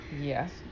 Yes